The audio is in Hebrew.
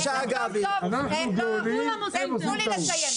תנו לי לסיים.